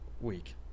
week